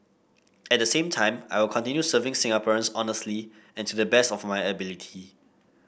at the same time I will continue serving Singaporeans honestly and to the best of my ability